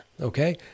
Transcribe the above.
okay